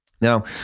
Now